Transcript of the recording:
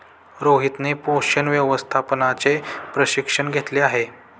रोहितने पोषण व्यवस्थापनाचे प्रशिक्षण घेतले आहे